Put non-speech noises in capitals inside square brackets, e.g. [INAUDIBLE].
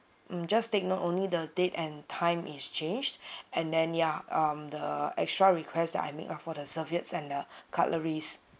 mm just take note only the date and time is changed [BREATH] and then ya um the extra requests that I make ah for the serviettes and the [BREATH] cutleries